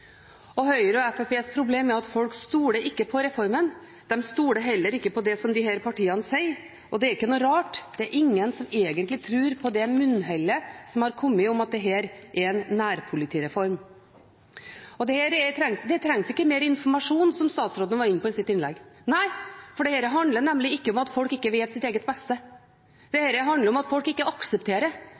og Høyre og Fremskrittspartiets problem er at folk ikke stoler på reformen, de stoler heller ikke på det disse partiene sier. Det er ikke noe rart, det er ingen som egentlig tror på det munnhellet som har kommet om at dette er en nærpolitireform. Det trengs ikke mer informasjon, som statsråden var inne på i sitt innlegg. Nei, for dette handler nemlig ikke om at folk ikke vet sitt eget beste, dette handler om at folk ikke aksepterer